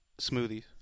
smoothies